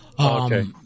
Okay